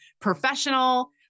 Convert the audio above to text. professional